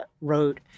wrote